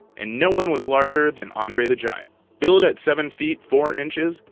and no one was larger than andre the giant. billed at seven feet, four inches,